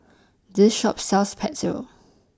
This Shop sells Pretzel